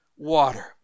water